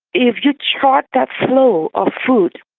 if you chart that flow of food,